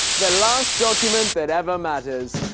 the last document that ever matters!